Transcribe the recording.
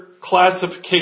classification